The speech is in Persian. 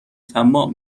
طماع